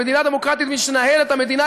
ובמדינה דמוקרטית מי שינהל את המדינה